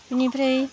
बिनिफ्राय